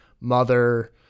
mother